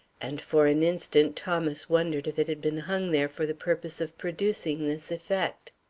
and for an instant thomas wondered if it had been hung there for the purpose of producing this effect.